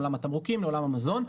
בעולם התמרוקים ובעולם המזון,